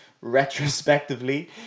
retrospectively